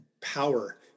power